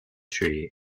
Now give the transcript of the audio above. tree